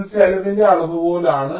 ഇത് ചെലവിന്റെ അളവുകോലാണ്